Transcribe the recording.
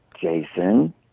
Jason